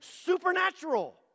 supernatural